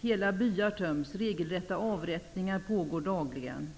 Hela byar töms, och regelrätta avrättningar pågår dagligen.